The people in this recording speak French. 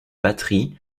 batterie